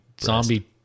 Zombie